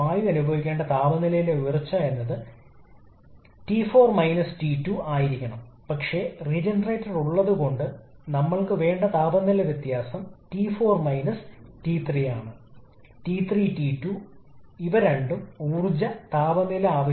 കാരണം ഒരേസമയം നൽകാൻ പോകുന്ന സമ്മർദ്ദ അനുപാതം തിരിച്ചറിയാൻ കഴിയില്ല ഉയർന്ന ദക്ഷതയും ഉയർന്ന ഊർജ്ജ ഉൽപാദനവും